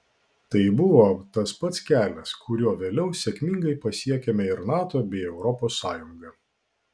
tai buvo tas pats kelias kuriuo vėliau sėkmingai pasiekėme ir nato bei europos sąjungą